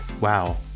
Wow